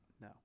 No